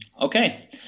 Okay